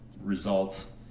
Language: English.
result